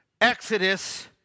exodus